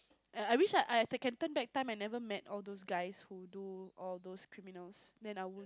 I I wish I can turn back time and never met all those guys who do all those criminals then I'll